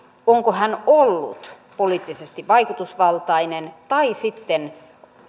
onko hän ollut poliittisesti vaikutusvaltainen tai sitten